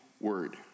word